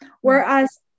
whereas